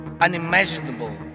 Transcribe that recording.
unimaginable